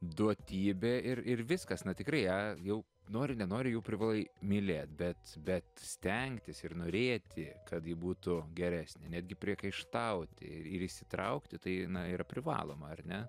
duotybė ir ir viskas na tikrai ją jau nori nenori jau privalai mylėt bet bet stengtis ir norėti kad ji būtų geresnė netgi priekaištauti ir įsitraukti tai yra privaloma ar ne